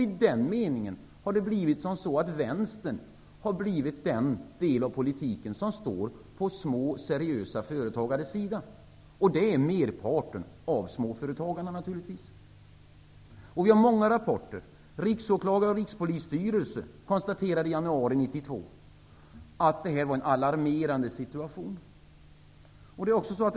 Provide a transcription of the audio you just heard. I den meningen har Vänstern blivit den del av politiken som står på små seriösa företagares sida. Det gäller naturligtivs merparten av småföretagarna. Det finns många rapporter. Riksåklagaren och Rikspolisstyrelsen konstaterade i januari 1992 att det här är en alarmerande situation.